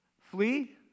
Flee